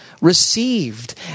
received